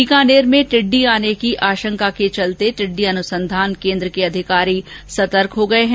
बीकानेर में टिड्डी आने की आशंका के चलते टिड्डी अनुसंधान केन्द्र अधिकारी सतर्क हो गये हैं